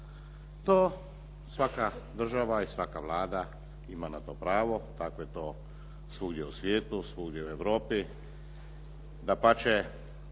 To svaka država i svaka Vlada ima na to pravo. Tako je to svugdje u svijetu, svugdje u Europi. Dapače,